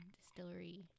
distillery